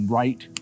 right